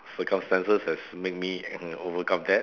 circumstances has make me overcome that